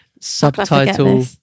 subtitle